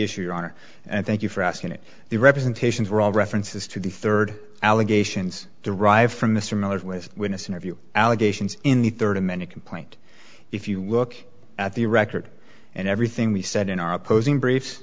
issue your honor and thank you for asking it the representations were all references to the third allegations derived from mr miller's with witness interview allegations in the third amended complaint if you look at the record and everything we said in our opposing br